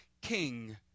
king